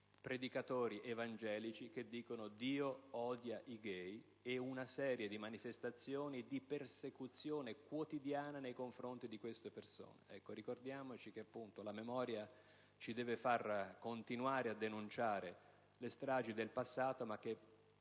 predicatori evangelici che dicono «Dio odia i *gay*» ed una serie di manifestazioni di persecuzione quotidiana nei confronti di queste persone. Ricordiamoci che la memoria ci deve far continuare a denunciare le stragi del passato;